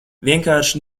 vienkārši